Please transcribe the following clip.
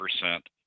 percent